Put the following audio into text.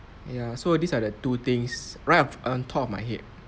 ya so these are the two things right off on top of my head